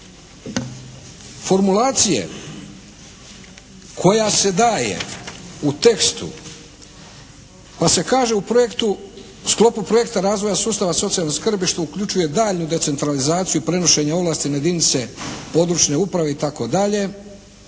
formulacija koja se daje u tekstu, pa se kaže, u sklopu projekta razvoja sustava socijalne skrbi što uključuje daljnju decentralizaciju i prenošenje ovlasti na jedinice područne uprave itd.,